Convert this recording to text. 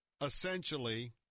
essentially